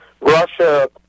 Russia